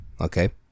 Okay